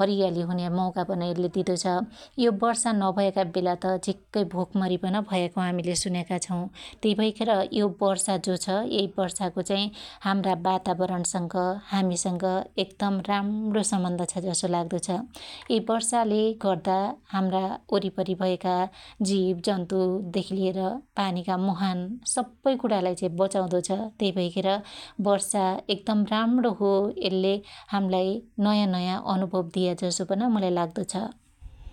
हरीयाली हुने मौका पन यल्ले दिदो छ । यो वर्षा नभयाका बेला त झिक्कै भोङ्कमरी पन भयाको हामिले सुन्याका छौ । त्यै भैखेर यो वर्षा जो छ यै वर्षाको चाइ हाम्रा वातावरणस‌ंग हामीसंग एकदम राम्णो सम्बन्ध छ जसो लाग्दो छ । यै वर्षाले गर्दा हाम्रा वरीपरी भयाका जीव जन्तु देखी लिएर पानिका मुहान सब्बै कुणालाई चाइ बचाउदो छ । वर्षा एकदम राम्रो हो यल्ले हाम्लाई नयाँ नयाँ अनुभव दिया जसो पन मुलाई लाग्दो छ ।